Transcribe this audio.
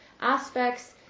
aspects